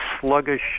sluggish